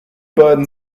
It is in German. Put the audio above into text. beiden